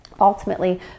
ultimately